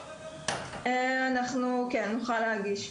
כן, אנחנו נוכל להגיש.